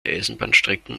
eisenbahnstrecken